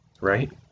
Right